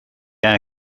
air